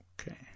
Okay